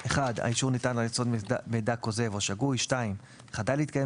האישור ניתן על יסוד מידע כוזב או שגוי; חדל להתקיים